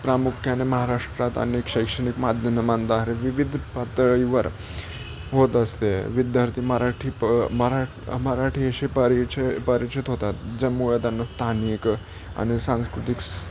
प्रामुख्याने महाराष्ट्रात अनेक शैक्षणिक माध्यमांदारे विविध पातळीवर होत असते विद्यार्थी मराठी प मरा मराठी अशे पारीचं परिचित होतात ज्यामुळे त्यांना स्थानिक आणि सांस्कृतिक